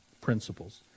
principles